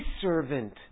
servant